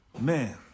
Man